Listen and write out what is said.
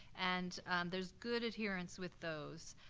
and there's good adherence with those.